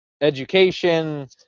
education